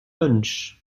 punch